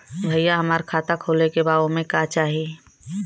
भईया हमार खाता खोले के बा ओमे का चाही?